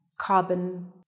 carbon